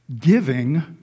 Giving